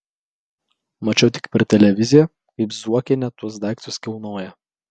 mačiau tik per televiziją kaip zuokienė tuos daiktus kilnoja